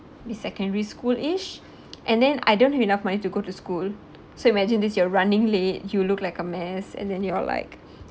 the secondary school age and then I don't have enough money to go to school so imagine this you're running late you look like a mess and then you are like